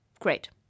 Great